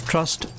Trust